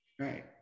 Right